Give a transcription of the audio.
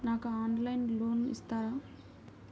నాకు ఆన్లైన్లో లోన్ ఇస్తారా?